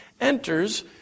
enters